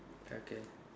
okay